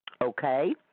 Okay